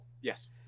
Yes